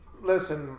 listen